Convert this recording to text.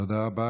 תודה רבה.